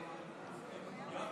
יואב,